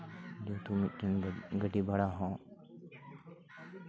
ᱡᱚᱛᱚ ᱢᱤᱫᱴᱷᱮᱱ ᱜᱟᱹᱰᱤ ᱵᱷᱟᱲᱟ ᱦᱚᱸ